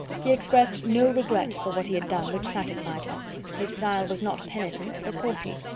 he expressed no regret for what he had done which satisfied her his style was not penitent, but haughty.